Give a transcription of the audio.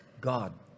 God